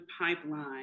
pipeline